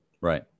Right